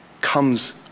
comes